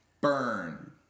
Burn